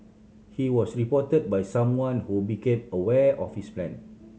he was reported by someone who became aware of his plan